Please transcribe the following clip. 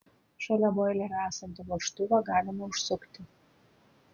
šalia boilerio esantį vožtuvą galima užsukti